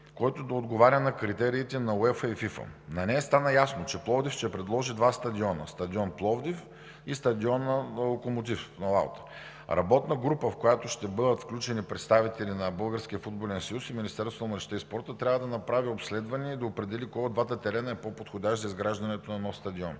който да отговаря на критериите на УЕФА и ФИФА. На нея стана ясно, че Пловдив ще предложи два стадиона – стадион „Пловдив“ и стадион „Локомотив“ в парк „Лаута“. Работна група, в която ще бъдат включени представители на Българския футболен съюз и Министерството на младежта и спорта, трябва да направи обследване и да определи кой от двата терена е по-подходящ за изграждането на нов стадион.